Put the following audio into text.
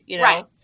Right